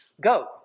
Go